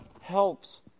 helps